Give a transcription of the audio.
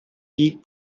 eat